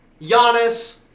Giannis